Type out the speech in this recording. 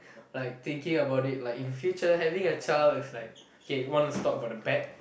like thinking about it like in future having a child is like K want us to talk about the bad